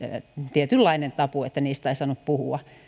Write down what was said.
tietynlainen tabu että niistä ei saanut puhua